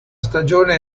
stagione